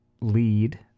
lead